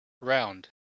round